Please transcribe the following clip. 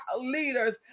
leaders